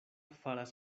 faras